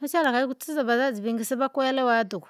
musiela ngaikutiza vazazi vingi sivakwelewa tuku.